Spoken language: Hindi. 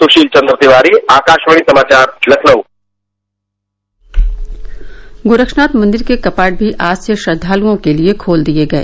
सुसील चंद्र तिवारी आकाशवाणी समाचार लखनऊ गोरक्षनाथ मंदिर के कपाट भी आज से श्रद्वालुओं के लिए खोल दिए गए